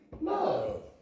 love